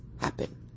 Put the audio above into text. happen